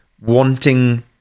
wanting